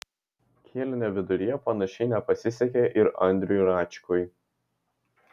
kėlinio viduryje panašiai nepasisekė ir andriui račkui